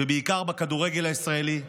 ובעיקר בכדורגל הישראלי.